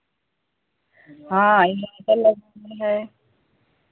हाँ है